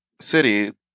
City